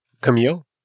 Camille